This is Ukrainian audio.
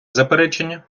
заперечення